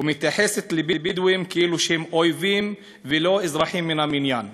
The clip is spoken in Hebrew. ומתייחסת לבדואים כאילו הם אויבים ולא אזרחים מן המניין.